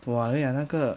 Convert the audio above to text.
!wah! then 那个